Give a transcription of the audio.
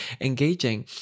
engaging